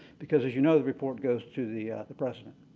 because as you know, the report goes to the the president.